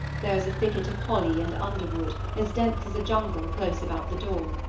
there was a thicket of holly and underwood, as dense as a jungle, close about the door.